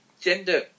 gender